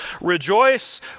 Rejoice